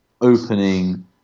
opening